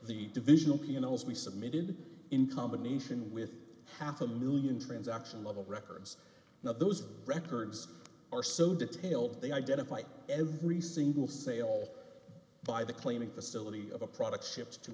the divisional pianos we submitted in combination with half a one million transaction level records now those records are so detailed they identify every single sale by the claiming facility of a product ship